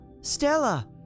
Stella